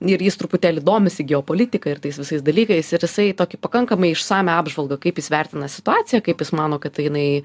ir jis truputėlį domisi geopolitika ir tais visais dalykais ir jisai tokį pakankamai išsamią apžvalgą kaip jis vertina situaciją kaip jis mano kad tai jinai